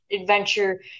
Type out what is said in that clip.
adventure